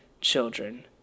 children